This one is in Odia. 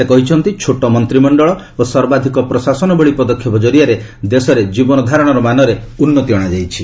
ସେ କହିଛନ୍ତି ଛୋଟ ମନ୍ତ୍ରିମଣ୍ଡଳ ଓ ସର୍ବାଧିକ ପ୍ରଶାସନ ଭଳି ପଦକ୍ଷେପ ଜରିଆରେ ଦେଶରେ ଜୀବନ ଧାରଣର ମାନରେ ଉନ୍ନତି ଅଣା ଯାଇଛି